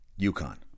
UConn